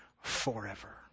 forever